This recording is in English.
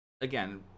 again